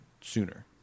sooner